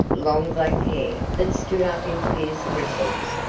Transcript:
long black hair that stood up in fierce bristles!